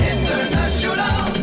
International